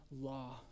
law